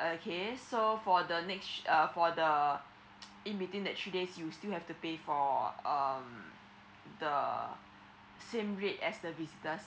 okay so for the next uh for the in within the three days you still have to pay for um the same rate as the visitors